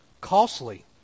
costly